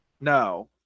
No